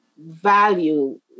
value